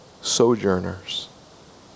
sojourners